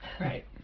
Right